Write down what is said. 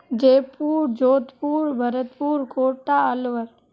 Jaipur Jodhpur Bharatpur Kota Alwar